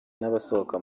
n’abasohoka